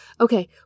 okay